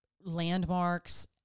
landmarks